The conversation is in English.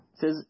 says